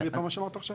את מה שאמרת עכשיו.